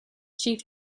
chief